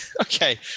Okay